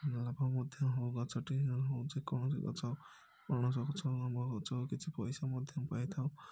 ଲାଭ ମଧ୍ୟ ଗଛଟି ହେଉଛି କୌଣସି ଗଛ ପଣସ ଗଛ ଆମ୍ବ ଗଛ କିଛି ପଇସା ମଧ୍ୟ ପାଇଥାଉ